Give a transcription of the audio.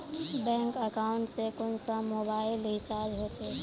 Bank account से कुंसम mobile recharge होचे?